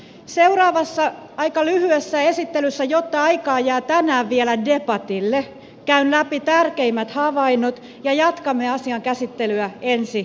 seuraavassa aika lyhyessä esittelyssä jotta aikaa jää tänään vielä debatille käyn läpi tärkeimmät havainnot ja jatkamme asian käsittelyä ensi viikolla